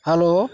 hello